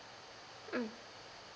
mm